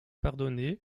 pardonner